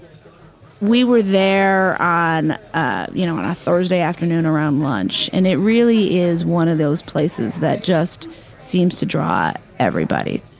we were there, ah you know, on a thursday afternoon around lunch. and it really is one of those places that just seems to draw everybody.